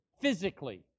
physically